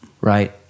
right